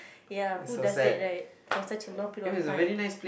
ya who does that right for such a long period of time